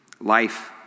Life